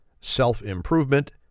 self-improvement